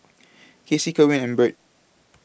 Cassie Kerwin and Birt